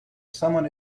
someone